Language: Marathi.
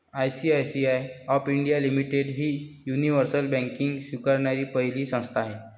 आय.सी.आय.सी.आय ऑफ इंडिया लिमिटेड ही युनिव्हर्सल बँकिंग स्वीकारणारी पहिली संस्था आहे